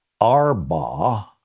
Arba